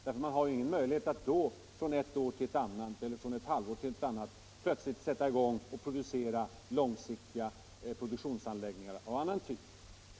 Man har nämligen ingen möjlighet att då från ett år till ett annat, eller från ett halvår till ett annat, plötsligt sätta i gång att bygga långsiktiga produktionsanläggningar av annan typ.